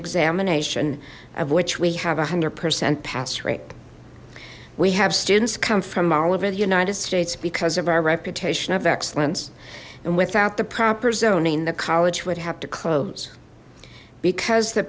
examination of which we have a hundred percent pass rate we have students come from all over the united states because of our reputation of excellence and without the proper zoning the college would have to close because the